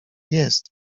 jest